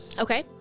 Okay